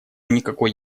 никакой